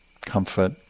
comfort